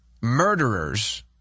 murderers